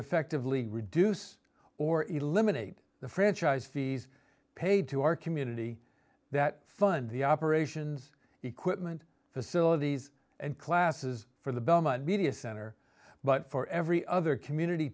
effectively reduce or eliminate the franchise fees paid to our community that fund the operations equipment facilities and classes for the media center but for every other community